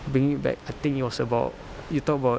bring it back the thing it was about you talk about